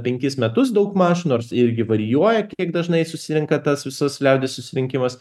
penkis metus daugmaž nors irgi varijuoja kiek dažnai susirenka tas visas liaudies susirinkimas